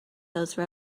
those